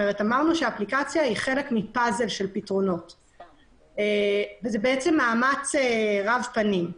אמרנו שהאפליקציה היא חלק מפאזל רב פנים.